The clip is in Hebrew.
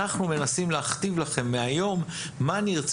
אנחנו מנסים להכתיב להם מהיום מה נרצה